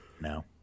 No